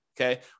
okay